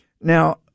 Now